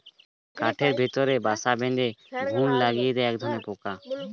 কাঠের ভেতরে বাসা বেঁধে ঘুন লাগিয়ে দেয় একধরনের পোকা